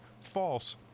false